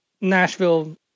Nashville